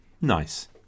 Nice